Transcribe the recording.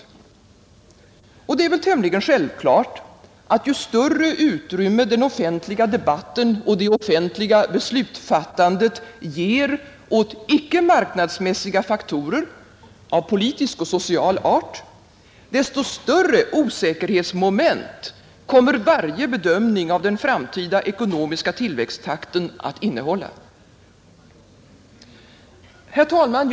Och det är väl tämligen självklart att ju större utrymme den offentliga debatten och det offentliga beslutsfattandet ger åt icke-marknadsmässiga faktorer av politisk och social art, desto större osäkerhetsmoment kommer varje bedömning av den framtida ekonomiska tillväxttakten att innehålla. Herr talman!